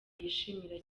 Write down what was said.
yishimira